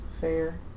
Fair